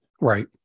Right